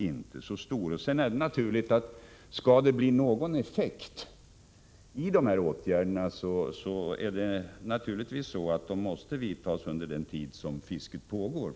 Och självfallet är det också så, att om det skall bli någon effekt över huvud taget av de här åtgärderna, måste de vidtas under den tid fisket pågår.